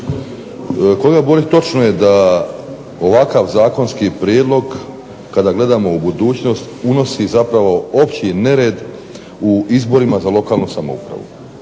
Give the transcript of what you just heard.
Kolega Borić, točno je da ovakav zakonski prijedlog kada gledamo u budućnost unosi zapravo opći nered u izborima za lokalnu samoupravu.